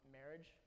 marriage